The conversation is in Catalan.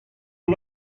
amb